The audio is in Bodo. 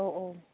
औ औ